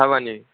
हाबानि